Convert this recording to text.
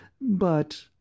But—